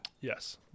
Yes